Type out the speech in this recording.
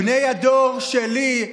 בני הדור שלי,